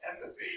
empathy